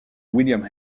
william